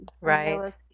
right